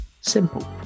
simple